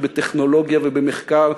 ובטכנולוגיה ובמחקר,